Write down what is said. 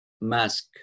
mask